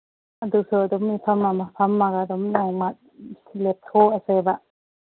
ꯑꯗꯨꯁꯨ ꯑꯗꯨꯝ ꯐꯝꯃꯒ ꯐꯝꯃꯒ ꯑꯗꯨꯝ ꯅꯣꯡꯃ ꯂꯦꯞꯊꯣꯛꯑꯁꯦꯕ